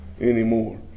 anymore